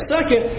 Second